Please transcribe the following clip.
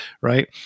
right